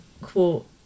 quote